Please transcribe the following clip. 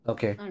Okay